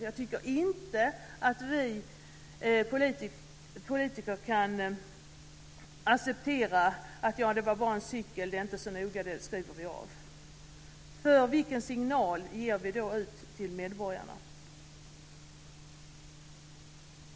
Jag tycker inte att vi politiker kan acceptera att man säger att det bara var en cykel och att det inte är så noga och att man därför skriver av det. Vilken signal ger vi då medborgarna?